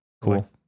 Cool